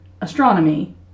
astronomy